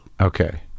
Okay